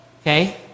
Okay